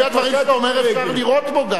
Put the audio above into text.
לפי הדברים שאתה אומר, אפשר לירות בו גם.